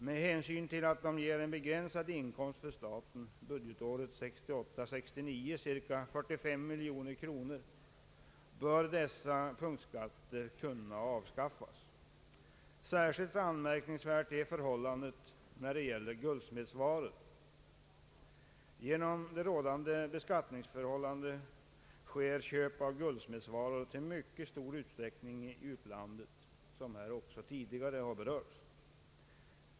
Med hänsyn till att de ger en begränsad inkomst för staten — budgetåret 1968/69 cirka 45 miljoner kronor — bör de nu kunna avskaffas. Särskilt anmärkningsvärt är förhållandet när det gäller guldsmedsvaror. Till följd av beskattningsreglerna köps guldsmedsvaror i mycket stor utsträckning i utlandet, något som berörts tidigare under debatten.